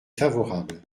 favorable